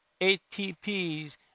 ATPs